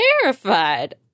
terrified